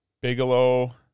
Bigelow